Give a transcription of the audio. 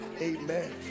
Amen